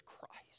Christ